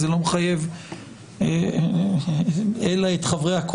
וגם עכשיו אני עדיין אומר שמאוד יכול להיות שמחשבה